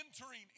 entering